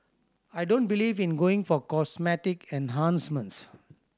I don't believe in going for cosmetic enhancements